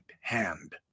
hand